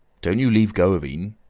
don't you leave go of en,